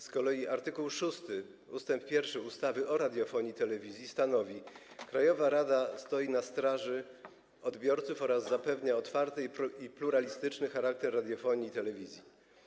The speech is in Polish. Z kolei art. 6 ust. 1 ustawy o radiofonii i telewizji stanowi: „Krajowa Rada stoi na straży (...) odbiorców oraz zapewnia otwarty i pluralistyczny charakter radiofonii i telewizji”